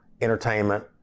entertainment